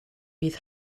bydd